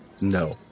no